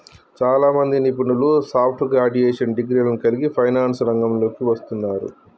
చాలామంది నిపుణులు soft graduation డిగ్రీలను కలిగి ఫైనాన్స్ రంగంలోకి వస్తున్నారు